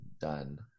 done